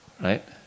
Right